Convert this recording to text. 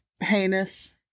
heinous